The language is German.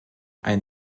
ein